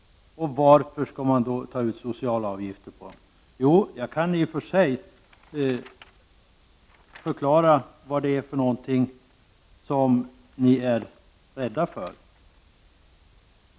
Varför skall man då ta ut sociala avgifter på vinstandelar? Jag kan i och för sig förklara vad ni är rädda för.